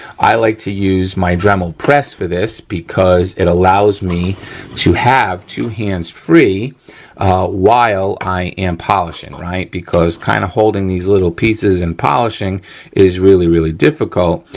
i like to use my dremel press for this because it allows me to have two hands free while i am polishing, right, because kind of holding these little pieces and polishing is really, really difficult.